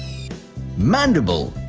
mandible.